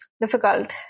difficult